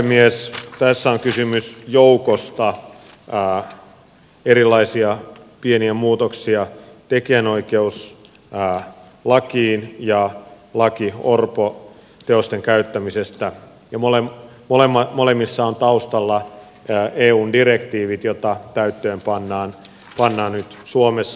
tässä on kysymys joukosta erilaisia pieniä muutoksia tekijänoikeuslakiin ja laista orpoteosten käyttämisestä ja molemmissa on taustalla eun direktiivit joita täytäntöön pannaan nyt suomessa